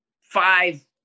five